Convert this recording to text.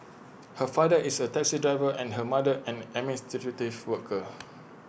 her father is A taxi driver and her mother an administrative worker